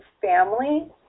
family